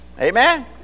Amen